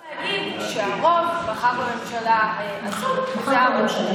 אפשר גם להגיד שהרוב בחר בממשלה הזו, וזה הרוב.